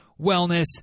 wellness